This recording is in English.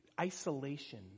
isolation